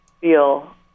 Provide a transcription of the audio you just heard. feel